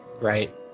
Right